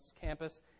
campus